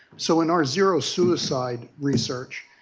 so in our zero suicide research,